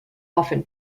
often